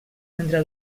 mentre